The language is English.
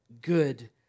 good